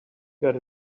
got